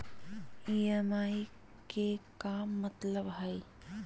EMI के का मतलब हई?